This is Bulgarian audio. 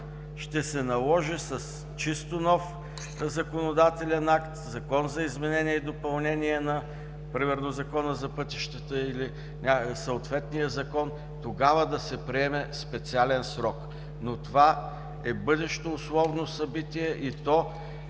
ще се наложи с чисто нов законодателен акт – примерно Закона за изменение и допълнение на Закона за пътищата или съответния закон, тогава да се приеме специален срок. Но това е бъдещо условно събитие и то е